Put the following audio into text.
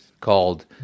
called